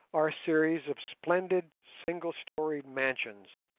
are a series of splendid, single-storied mansions,